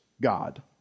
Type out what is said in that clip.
God